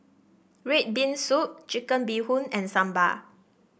red bean soup Chicken Bee Hoon and Sambal